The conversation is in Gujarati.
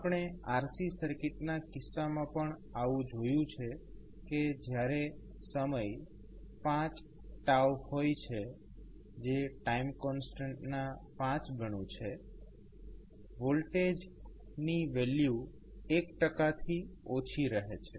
આપણે RC સર્કિટના કિસ્સામાં પણ આવું જોયું છે કે જયારે સમય 5 હોય છે જે ટાઇમ કોન્સ્ટન્ટનુ 5 ગણુ છે વોલ્ટેજ ની વેલ્યુ 1 થી ઓછી રહે છે